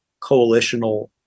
coalitional